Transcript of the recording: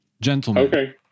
gentlemen